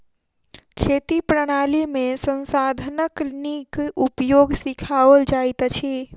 खेती प्रणाली में संसाधनक नीक उपयोग सिखाओल जाइत अछि